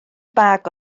bag